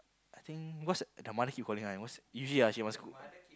I think because their mother keep calling one usually she must cook